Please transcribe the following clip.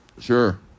Sure